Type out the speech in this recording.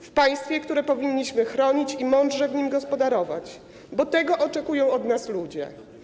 W państwie, które powinniśmy chronić i mądrze gospodarować, bo tego oczekują od nas ludzie.